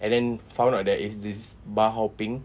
and then found out there is this bar hopping